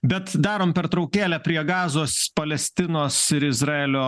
bet darom pertraukėlę prie gazos palestinos ir izraelio